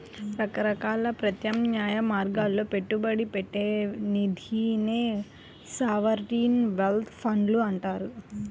రకరకాల ప్రత్యామ్నాయ మార్గాల్లో పెట్టుబడి పెట్టే నిధినే సావరీన్ వెల్త్ ఫండ్లు అంటారు